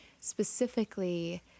specifically